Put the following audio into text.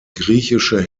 griechische